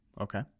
Okay